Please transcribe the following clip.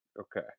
Okay